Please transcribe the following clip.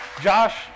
Josh